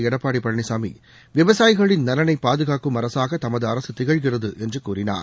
எடப்பாடி பழனிசாமி விவசாயிகளின் நலனை பாதுகாக்கும் அரசாக தமது அரசு திகழ்கிறது என்று கூறினார்